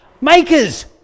makers